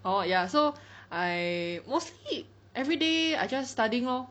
orh ya so I mostly everyday I just studying lor